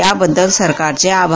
याबद्दल सरकारचे आभार